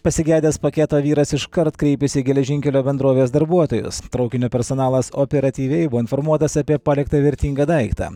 pasigedęs paketo vyras iškart kreipėsi į geležinkelio bendrovės darbuotojus traukinio personalas operatyviai buvo informuotas apie paliktą vertingą daiktą